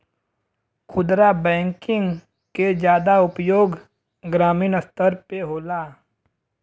खुदरा बैंकिंग के जादा उपयोग ग्रामीन स्तर पे होला